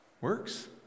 works